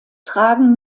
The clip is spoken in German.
tragen